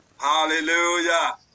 Hallelujah